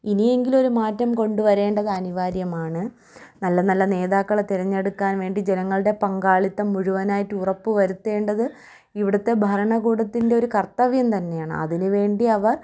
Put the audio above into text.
ഇനിയെങ്കിലും ഒരു മാറ്റം കൊണ്ടുവരേണ്ടത് അനിവാര്യമാണ് നല്ല നല്ല നേതാക്കളെ തിരെഞ്ഞെടുക്കാൻ വേണ്ടി ജനങ്ങളുടെ പങ്കാളിത്തം മുഴുവനായിട്ടും ഉറപ്പുവരുത്തേണ്ടത് ഇവിടുത്തെ ഭരണകൂടത്തിൻ്റെയൊരു കർത്തവ്യം തന്നെയാണ് അതിനുവേണ്ടി അവർ